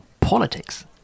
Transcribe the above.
politics